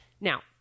Now